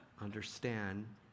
understand